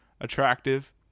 attractive